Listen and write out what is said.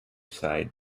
side